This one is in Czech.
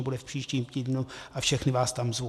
Bude v příštím týdnu a všechny vás tam zvu.